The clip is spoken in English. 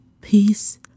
Peace